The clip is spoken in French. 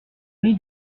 nez